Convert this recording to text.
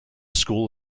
school